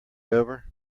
over